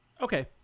Okay